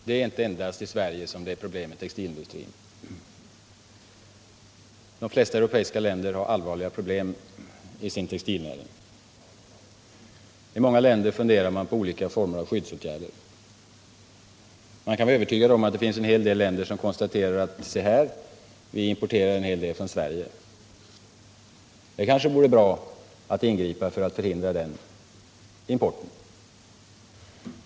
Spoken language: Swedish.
Herr talman! Det är inte endast i Sverige som textilindustrin har problem. De flesta europeiska länder har allvarliga problem i sin textilnäring. I många länder funderar man på olika former av skyddsåtgärder. Vi kan vara övertygade om att det finns länder som konstaterar att de importerar en hel del från Sverige och resonerar som så, att det kanske vore bra att ingripa för att förhindra den importen.